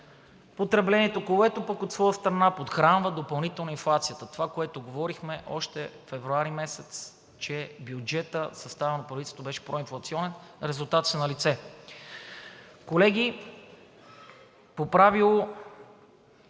потреблението, което пък от своя страна подхранва допълнително инфлацията – това, което говорихме още февруари месец, че бюджетът, съставен от правителството, беше проинфлационен – резултатите са налице. Колеги, по правило